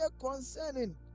concerning